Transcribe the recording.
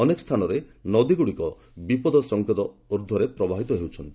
ଅନେକ ସ୍ଥାନରେ ନଦୀଗୁଡ଼ିକ ବିପଦ ସଂକେତ ଉପରେ ପ୍ରବାହିତ ହେଉଛନ୍ତି